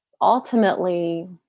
ultimately